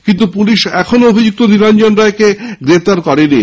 কিন্তু পুলিশ এখনও অভিযুক্ত নীলাঞ্জন রায়কে গ্রেফতার করেনি